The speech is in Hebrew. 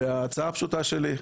וההצעה הפשוטה שלי,